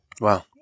Wow